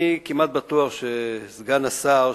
אני כמעט בטוח שסגן השר,